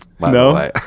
no